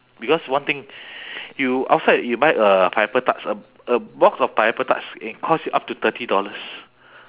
because one thing you outside you buy uh pineapple tarts a a box of pineapple tarts can cost you up to thirty dollars